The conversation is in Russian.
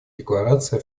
декларации